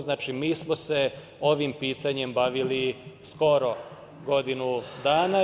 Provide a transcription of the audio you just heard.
Znači, mi smo se ovim pitanjem bavili skoro godinu dana.